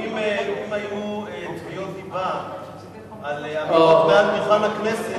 אם היו תביעות דיבה על אמירות מעל דוכן הכנסת,